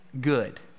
good